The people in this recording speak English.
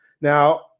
Now